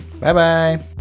Bye-bye